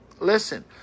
listen